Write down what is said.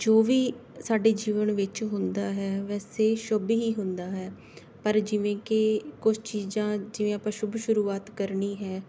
ਜੋ ਵੀ ਸਾਡੇ ਜੀਵਨ ਵਿੱਚ ਹੁੰਦਾ ਹੈ ਵੈਸੇ ਸ਼ੁਭ ਹੀ ਹੁੰਦਾ ਹੈ ਪਰ ਜਿਵੇਂ ਕਿ ਕੁਛ ਚੀਜ਼ਾਂ ਜਿਵੇਂ ਆਪਾਂ ਸ਼ੁਭ ਸ਼ੁਰੂਆਤ ਕਰਨੀ ਹੈ